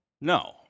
No